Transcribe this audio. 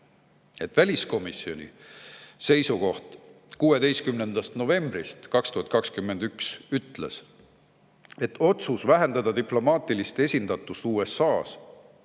Väliskomisjoni seisukoht 16. novembrist 2021 ütles, et otsus vähendada diplomaatilist esindatust USA‑s